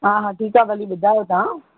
हा हा ठीकु आहे भली ॿुधायो तव्हां